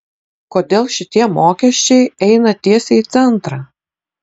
kodėl šitie mokesčiai eina tiesiai į centrą